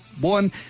one